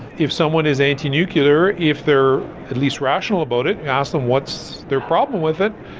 if someone is anti-nuclear, if they're at least rational about it, ask them what's their problem with it?